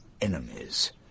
enemies